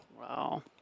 Wow